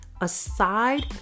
aside